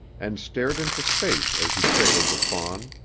and stared into space as he cradled the fawn.